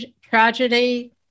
tragedy